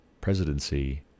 presidency